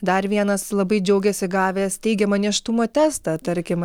dar vienas labai džiaugėsi gavęs teigiamą nėštumo testą tarkim